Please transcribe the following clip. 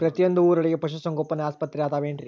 ಪ್ರತಿಯೊಂದು ಊರೊಳಗೆ ಪಶುಸಂಗೋಪನೆ ಆಸ್ಪತ್ರೆ ಅದವೇನ್ರಿ?